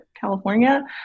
California